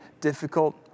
difficult